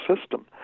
system